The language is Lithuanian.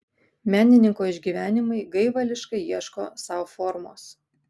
menininko išgyvenimai gaivališkai ieško sau formos